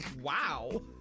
Wow